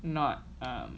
not a